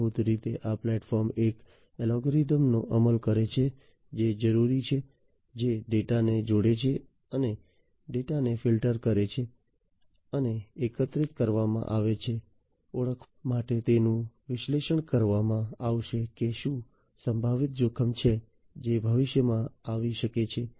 મૂળભૂત રીતે આ પ્લેટફોર્મ એક અલ્ગોરિધમ નો અમલ કરે છે જે જરૂરી છે જે ડેટા ને જોડે છે અને ડેટાને ફિલ્ટર કરે છે અને એકત્રિત કરવામાં આવે છે ઓળખવા માટે તેનું વિશ્લેષણ કરવામાં આવશે કે શું સંભવિત જોખમ છે જે ભવિષ્યમાં આવી શકે છે